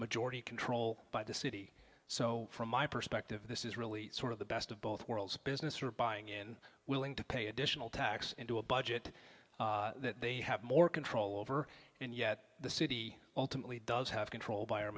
majority control by the city so from my perspective this is really sort of the best of both worlds business are buying in willing to pay additional tax into a budget that they have more control over and yet the city ultimately does have control by a